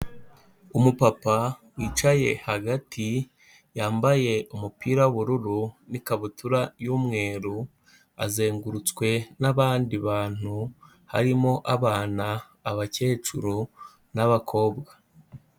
Umupapa wicaye hagati, yambaye umupira w'ubururu n'ikabutura y'umweru, azengurutswe n'abandi bantu harimo abana, abakecuru n'abakobwa.